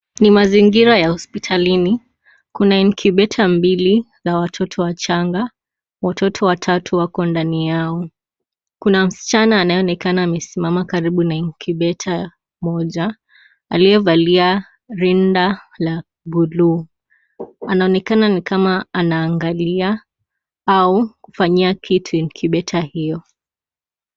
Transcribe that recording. Ni mazingira ya hospitalini Kuna incubator mbili za watoto wachanga , watoto watatu wako ndani yao. Kuna msichana anayeonekana amesimama kaaribu incubator moja aliyevalia rinda la buluu. Anaonekana ni kama anaangalia au kufanyia kitu incubator hiyo.